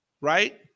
Right